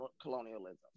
colonialism